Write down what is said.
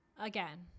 Again